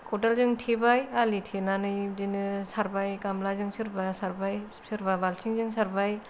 खदालजों थेबाय आलि थेनानै बिदिनो सारबाय गामलाजों सोरबा सारबाय सोरबा बाल्थिंजों सारबाय